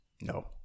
no